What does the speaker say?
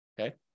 Okay